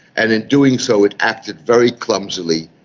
and in doing so it acted very clumsily,